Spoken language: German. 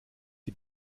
die